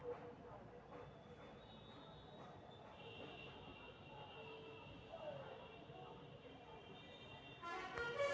सबसे ज्यादा डिजिटल वित्तीय सेवा एशिया के देशवन में उन्नत होते हई